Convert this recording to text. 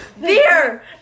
beer